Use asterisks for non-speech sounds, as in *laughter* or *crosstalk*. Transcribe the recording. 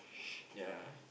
*noise* ya